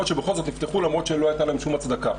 שבכל זאת נפתחו למרות שלא הייתה להם שום הצדקה.